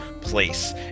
place